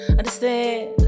understand